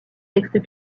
textes